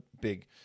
big